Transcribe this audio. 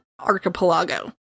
archipelago